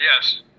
Yes